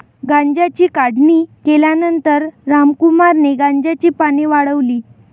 गांजाची काढणी केल्यानंतर रामकुमारने गांजाची पाने वाळवली